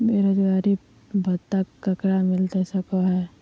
बेरोजगारी भत्ता ककरा मिलता सको है?